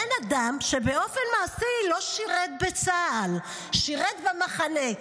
בן אדם שאופן מעשי לא שירת בצה"ל, שירת ב"מחנה".